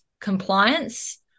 compliance